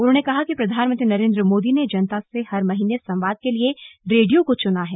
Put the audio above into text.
उन्होंने कहा कि प्रधानमंत्री नरेन्द्र मोदी ने जनता से हर महीने संवाद के लिए रेडियो को चुना है